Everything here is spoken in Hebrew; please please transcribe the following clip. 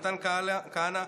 מתן כהנא,